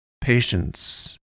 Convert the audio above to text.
Patience